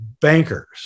bankers